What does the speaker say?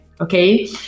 okay